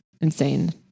insane